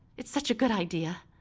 it's such a good idea.